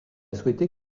souhaiter